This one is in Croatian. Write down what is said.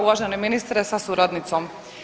Uvaženi ministre sa suradnicom.